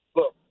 Look